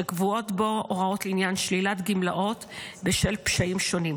שקבועות בו הוראות לעניין שלילת גמלאות בשל פשעים שונים.